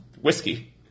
whiskey